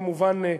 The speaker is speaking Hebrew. כמובן,